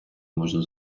можна